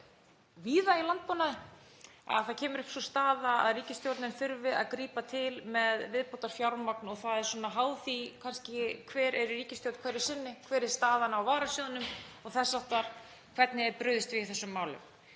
víða í landbúnaði ef það kemur upp sú staða að ríkisstjórnin þurfi að grípa til með viðbótarfjármagni og það er kannski háð því hver er í ríkisstjórn hverju sinni, hver er staðan á varasjóðnum og þess háttar, hvernig brugðist er við í þessu máli.